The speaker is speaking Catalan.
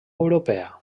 europea